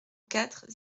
quatre